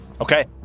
Okay